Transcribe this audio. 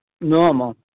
normal